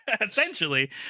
essentially